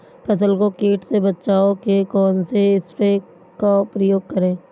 फसल को कीट से बचाव के कौनसे स्प्रे का प्रयोग करें?